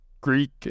Greek